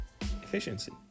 efficiency